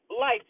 life